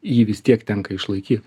jį vis tiek tenka išlaikyt